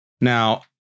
Now